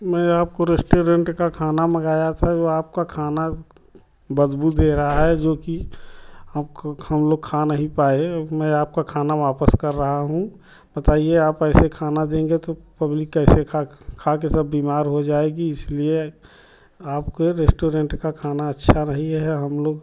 मैं आपके रेस्टोरेंट का खाना मंगाया था वह आपका खाना बदबू दे रहा है जो कि आपको हम लोग खा नहीं पाए मैं आपका खाना वापस कर रहा हूँ बताइए आप ऐसे खाना देंगे तो पब्लिक कैसे खाकर खाकर सब बीमार हो जाएगी इसलिए आपके रेस्टोरेंट का खाना अच्छा नहीं है हम लोग